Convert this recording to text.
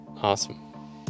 Awesome